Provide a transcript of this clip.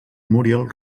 muriel